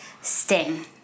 Sting